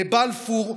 לבלפור.